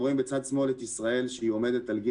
אנחנו רואים בצד שמאל את ישראל שעומדת על גיל